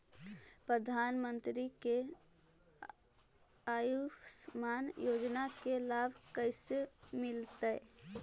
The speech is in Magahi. प्रधानमंत्री के आयुषमान योजना के लाभ कैसे मिलतै?